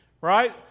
right